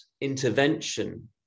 intervention